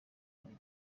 ari